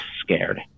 scared